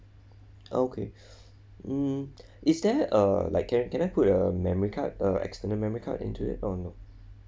okay hmm is there err like can I can I put a memory card err external memory card into it or no